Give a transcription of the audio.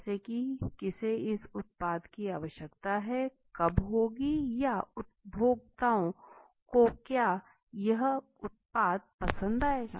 जैसे की किसे इस उत्पाद की आवश्यकता होगी कब होगी या या उपभोक्ताओं को क्या यह उत्पाद पसंद आएगा